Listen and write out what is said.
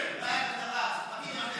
לא היה כזה דבר שפקיד,